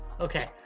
okay